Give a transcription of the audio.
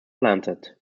planted